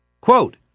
Quote